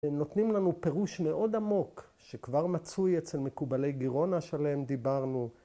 ‫נותנים לנו פירוש מאוד עמוק, ‫שכבר מצוי אצל מקובלי גירונה ‫שעליהם דיברנו.